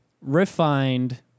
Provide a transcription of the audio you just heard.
refined